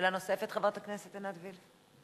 שאלה נוספת, חברת הכנסת עינת וילף?